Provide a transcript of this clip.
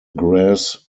grass